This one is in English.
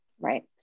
Right